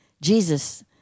Jesus